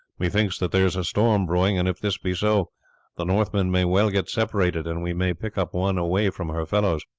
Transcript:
methinks that there is a storm brewing, and if this be so the northmen may well get separated, and we may pick up one away from her fellows.